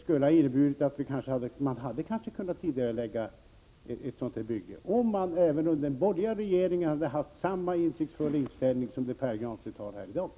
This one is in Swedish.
Om även den borgerliga regeringen hade haft samma insiktsfulla inställning som Pär Granstedt har i dag och vidtagit en sådan åtgärd, hade kanske brobygget kunnat tidigareläggas.